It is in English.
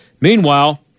Meanwhile